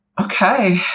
okay